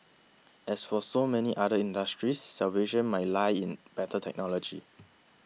as for so many other industries salvation may lie in better technology